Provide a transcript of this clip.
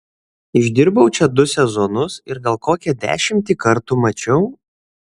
išdirbau čia du sezonus ir gal kokią dešimtį kartų mačiau